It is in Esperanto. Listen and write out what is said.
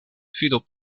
fidu